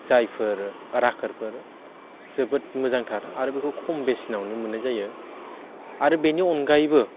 जायफोर राखोरफोर जोबोद मोजांथार आरो बेखौ खम बेसेननावनो मोन्नाय जायो आरो बेनि अनगायैबो